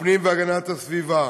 הפנים והגנת הסביבה.